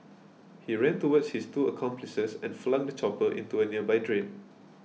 he ran towards his two accomplices and flung the chopper into a nearby drain